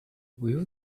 will